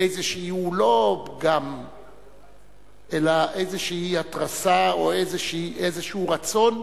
לא פגם אלא איזו התרסה או איזה רצון,